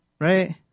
right